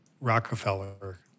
Rockefeller